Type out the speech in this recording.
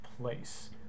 place